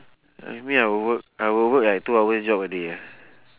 if me I will work I will work like two hours job a day ah